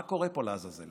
מה קורה פה, לעזאזל?